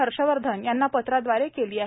हर्षवर्धन यांना पत्राद्वारे केली आहे